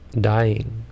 dying